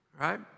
Right